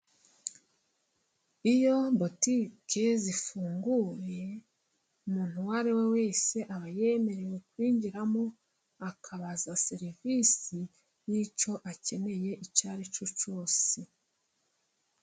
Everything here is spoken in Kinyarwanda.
Iyo butike zifunguye, umuntu uwo ari we wese aba yemerewe kwinjiramo akabaza serivisi y'icyo akeneye icyo aricyo cyose.